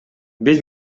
биз